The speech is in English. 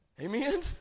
Amen